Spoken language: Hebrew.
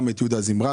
גם את יהודה זמרת,